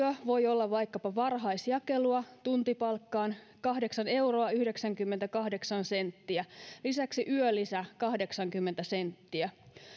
voi olla vaikkapa varhaisjakelua tuntipalkkaan kahdeksan euroa yhdeksänkymmentäkahdeksan senttiä lisäksi yölisä kahdeksankymmentä senttiä